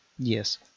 Yes